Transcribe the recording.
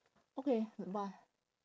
okay bye